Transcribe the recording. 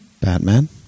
Batman